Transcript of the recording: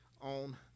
on